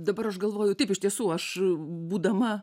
dabar aš galvoju taip iš tiesų aš būdama